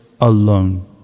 alone